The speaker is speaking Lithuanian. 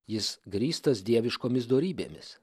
jis grįstas dieviškomis dorybėmis